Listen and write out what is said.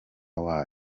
word